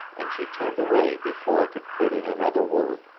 and she turned away before i could put in another word,